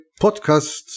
podcast